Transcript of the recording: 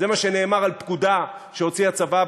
זה מה שנאמר על פקודה שהוציא הצבא,